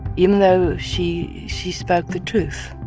even though she she spoke the truth